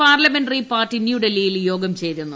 parliamentary party ന്യൂഡൽഹിയിൽ യോഗം ചേരുന്നു